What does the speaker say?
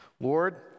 Lord